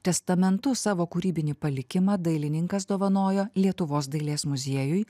testamentu savo kūrybinį palikimą dailininkas dovanojo lietuvos dailės muziejui